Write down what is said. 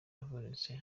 avunitse